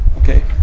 okay